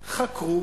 חקרו,